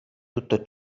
tutto